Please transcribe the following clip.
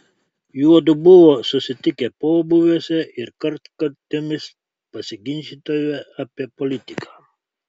juodu buvo susitikę pobūviuose ir kartkartėmis pasiginčydavę apie politiką